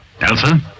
Elsa